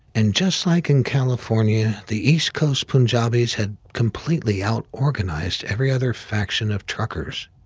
and just like in california, the east coast punjabis had completely out-organized every other faction of truckers.